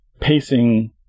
pacing